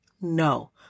No